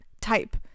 type